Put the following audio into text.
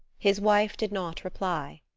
his wife did not reply.